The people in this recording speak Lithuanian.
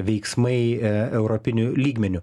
veiksmai europiniu lygmeniu